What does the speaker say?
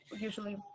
usually